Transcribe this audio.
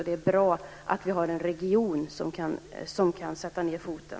Det är bra att vi har en region som kan sätta ned foten.